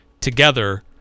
together